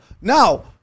Now